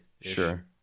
sure